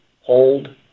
hold